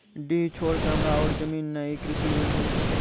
डीह छोर के हमरा और जमीन ने ये कृषि ऋण मिल सकत?